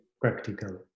practical